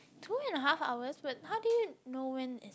two and a half hours but how do you know when is